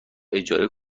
اجاره